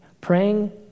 Praying